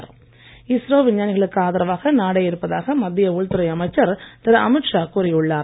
அமைச்சர்கள் ISRO ISRO விஞ்ஞானிகளுக்கு ஆதரவாக நாடே இருப்பதாக மத்திய உள்துறை அமைச்சர் திரு அமீத் ஷா கூறி உள்ளார்